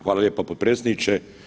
Hvala lijepa potpredsjedniče.